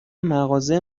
مغازه